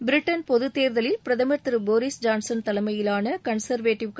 Britain பொதுத் தேர்தலில் பிரதமர் திரு போரிஸ் ஜான்சன் தலைமையிலான கன்சர்வேட்டிவ்